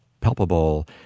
palpable